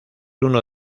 uno